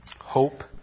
hope